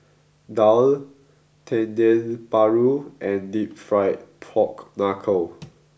Daal Dendeng Paru and Deep Fried Pork Knuckle